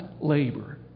labor